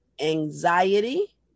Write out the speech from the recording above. anxiety